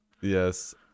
Yes